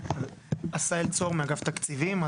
עשהאל צור מאגף תקציבים.